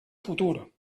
futur